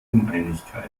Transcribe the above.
uneinigkeit